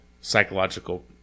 psychological